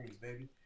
baby